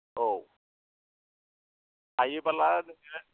औ हायोबोला नोङो